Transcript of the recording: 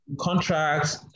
contracts